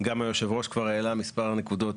גם היושב-ראש כבר העלה מספר נקודות